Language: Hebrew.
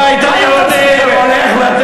הבית היהודי הולך,